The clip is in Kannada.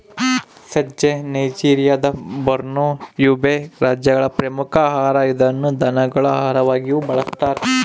ಸಜ್ಜೆ ನೈಜೆರಿಯಾದ ಬೋರ್ನೋ, ಯುಬೇ ರಾಜ್ಯಗಳ ಪ್ರಮುಖ ಆಹಾರ ಇದನ್ನು ದನಗಳ ಆಹಾರವಾಗಿಯೂ ಬಳಸ್ತಾರ